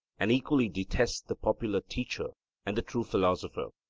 and equally detests the popular teacher and the true philosopher.